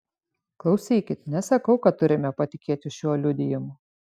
klausykit nesakau kad turime patikėti šiuo liudijimu